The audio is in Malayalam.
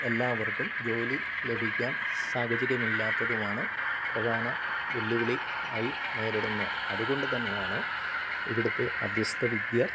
എല്ലാവർക്കും ജോലി ലഭിക്കാൻ സാഹചര്യമില്ലാത്തതുമാണ് പ്രധാന വെല്ലുവിളി ആയി നേരിടുന്നത് അതുകൊണ്ടുതന്നെയാണ് ഇവിടുത്തെ അഭ്യസ്ത വിദ്യർ